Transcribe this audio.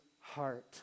heart